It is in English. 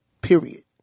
period